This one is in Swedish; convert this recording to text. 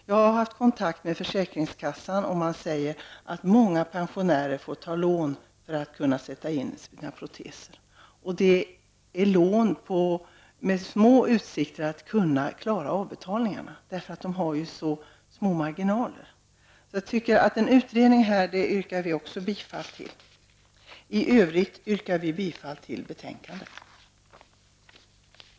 Jag har varit i kontakt med försäkringskassan där man säger att många pensionärer måste ta lån för att ha råd att skaffa protes. Många har små utsikter att klara avbetalningarna på de lånen, eftersom de har så små marginaler. Vi yrkar alltså bifall till en utredning på detta område. I övrigt yrkar vi bifall till utskottets hemställan.